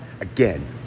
Again